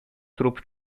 trup